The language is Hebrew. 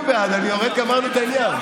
תצביעו בעד, אני יורד, גמרנו את העניין.